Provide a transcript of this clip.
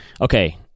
Okay